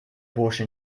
bursche